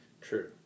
True